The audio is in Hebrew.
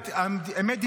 אמת דיברתי.